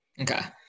Okay